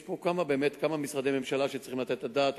כמה משרדי ממשלה צריכים לתת את הדעת,